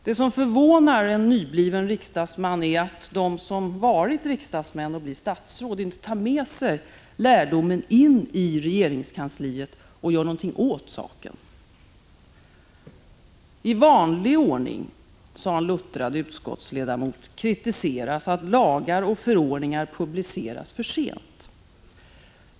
Det som förvånar en nybliven riksdagsman är att de som varit riksdagsmän och blir statsråd inte tar med sig sin lärdom in i regeringskansliet och gör något åt saken. I vanlig ordning, sade en luttrad uttskottsledamot, kritiseras att lagar och förordningar publiceras för sent.